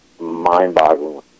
mind-boggling